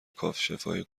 کاشفای